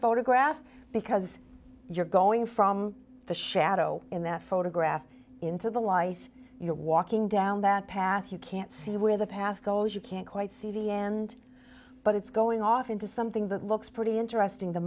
photograph because you're going from the shadow in the photograph into the light you're walking down that path you can't see where the past goes you can't quite see the end but it's going off into something that looks pretty interesting the